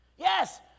Yes